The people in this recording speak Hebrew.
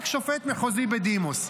רק שופט מחוזי בדימוס.